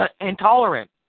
intolerant